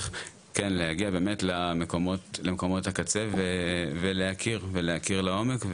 צריך כן להגיע באמת למקומות הקצה ולהכיר לעומק,